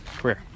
career